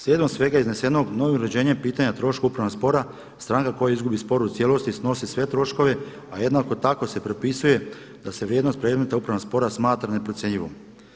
Slijedom svega iznesenog novo uređenje pitanje troškova upravnog spora stranka koja izgubi spor u cijelosti snosi sve troškove a jednako tako se propisuje da se vrijednost predmeta upravnog spora smatra neprocjenjivom.